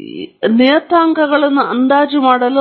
ಇದು ನಿಯತಾಂಕಗಳನ್ನು ಅಂದಾಜು ಮಾಡಲು ಆಪ್ಟಿಮೈಸೇಶನ್ ಕ್ರಮಾವಳಿಗಳು ಮತ್ತು ನಂತರ ನನ್ನೊಂದಿಗೆ ಒಂದು ಮಾದರಿಯನ್ನು ಹೊಂದಿದ್ದೇನೆ